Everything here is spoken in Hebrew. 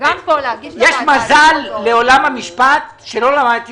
יש מזל לעולם המשפט שלא למדתי